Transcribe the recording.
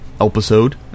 Episode